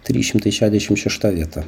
trys šimtai šešiasdešim šešta vieta